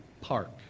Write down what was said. park